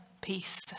peace